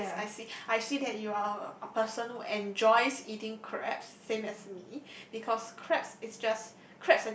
yes I see I see that you are a person who enjoys eating crabs same as me because crabs is just